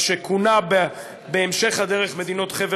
במה שכונה בהמשך הדרך "חבר